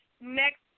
next